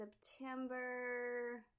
September